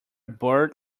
bird